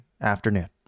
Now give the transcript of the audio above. afternoon